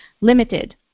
limited